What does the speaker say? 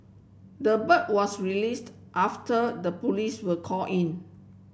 the bird was released after the police were called in